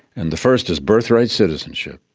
and the first is birthright citizenship.